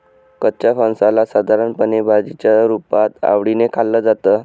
कच्च्या फणसाला साधारणपणे भाजीच्या रुपात आवडीने खाल्लं जातं